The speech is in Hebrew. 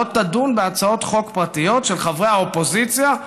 לא תדון בהצעות חוק פרטיות של חברי האופוזיציה,